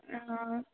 অঁ